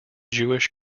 jewish